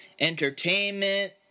entertainment